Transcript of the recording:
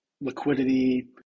liquidity